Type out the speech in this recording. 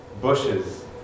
bushes